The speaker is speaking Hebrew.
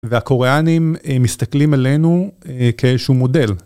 והקוריאנים מסתכלים עלינו כאיזשהו מודל.